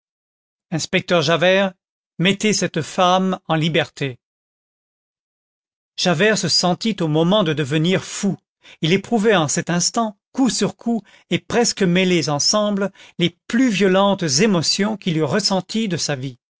inspecteur javert mettez cette femme en liberté javert se sentit au moment de devenir fou il éprouvait en cet instant coup sur coup et presque mêlées ensemble les plus violentes émotions qu'il eût ressenties de sa vie